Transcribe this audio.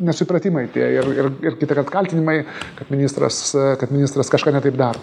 nesupratimai tie ir ir ir kitąkart kaltinimai kad ministras kad ministras kažką ne taip daro